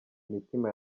imitima